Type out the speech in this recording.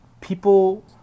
people